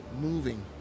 moving